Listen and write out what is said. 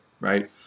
right